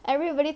everybody